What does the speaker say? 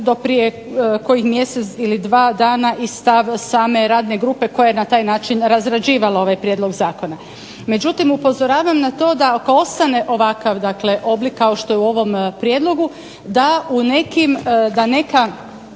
do prije kojih mjesec ili dva dana i stav same radne grupe koja je na taj način razrađivala ovaj Prijedlog zakona. Međutim, upozoravam na to da ako ostane ovakav, dakle oblik kao što je u ovom prijedlogu da neka